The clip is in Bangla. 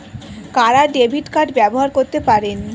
কারা ডেবিট কার্ড ব্যবহার করতে পারেন?